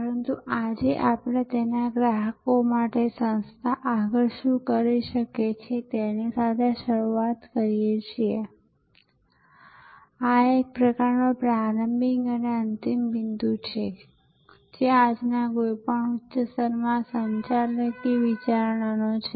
પરંતુ આજે આપણે તેના ગ્રાહકો માટે સંસ્થા આગળ શું કરી શકે તેની સાથે શરૂઆત કરીએ છીએ આ એક પ્રકારનો પ્રારંભિક અને અંતિમ બિંદુ છે જે આજના કોઈપણ ઉચ્ચ સ્તરના સંચાલકીય વિચારણાનો છે